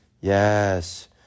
yes